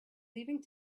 leaving